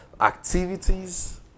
activities